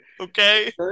Okay